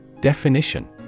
Definition